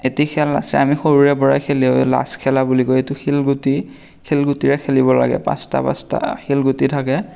এটি খেল আছে আমি সৰুৰে পৰা খেলি অহা লাষ্ট খেলা বুলি কয় এইটো শিলগুটি শিলগুটিৰে খেলিব লাগে পাঁচটা পাঁচটা শিলগুটি থাকে